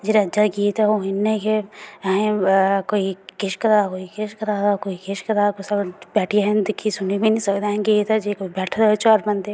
जेह्ड़े अज्जै दे गीत ऐ ओह् इंया गै कोई किश करा दा कोई किश करा दा कोई किश करा दा इंया गै बैठियै असें दिक्खी सुनी गै निं सकदा की अगर बैठे दे होन चार बंदे